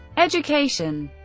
education